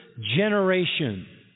generation